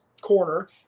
corner